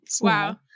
wow